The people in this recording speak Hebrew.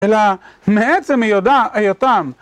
אלא מעצם היותם